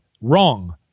wrong